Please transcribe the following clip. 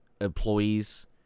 employees